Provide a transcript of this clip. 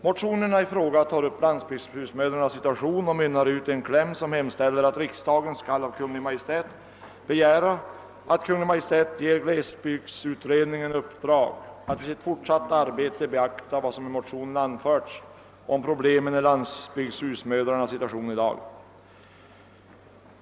Motionen behandlar landsbygdshusmödrarnas situation och mynnar ut i en hemställan att riksdagen skall begära att Kungl. Maj:t ger glesbygdsutredningen i uppdrag att vid sitt fortsatta arbete beakta vad som i motionen anförts om landsbygdshusmödrarnas problem.